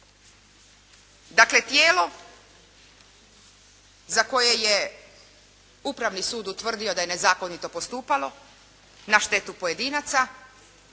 Dakle, tijelo za koje je upravni sud utvrdio da je nezakonito postupalo na štetu pojedinaca